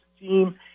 team